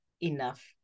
enough